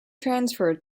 transferred